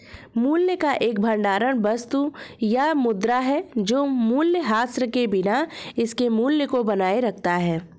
मूल्य का एक भंडार वस्तु या मुद्रा है जो मूल्यह्रास के बिना इसके मूल्य को बनाए रखता है